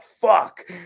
fuck